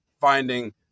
finding